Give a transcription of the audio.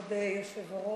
כבוד היושב-ראש,